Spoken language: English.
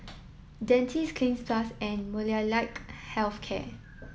Dentiste Cleanz Plus and Molnylcke Health Care